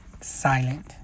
silent